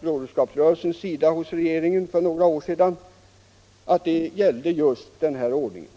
Broderskapsrörelsen gjorde hos regeringen för några år sedan och som gällde just den här ordningen.